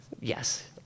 Yes